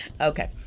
Okay